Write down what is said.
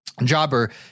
Jobber